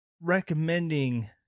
recommending